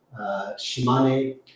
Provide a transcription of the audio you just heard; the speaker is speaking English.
Shimane